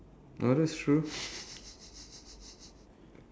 oh that's true